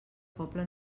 poble